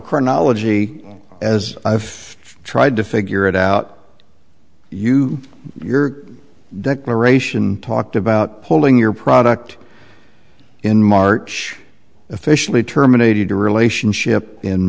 chronology as i've tried to figure it out you your declaration talked about pulling your product in march officially terminated the relationship in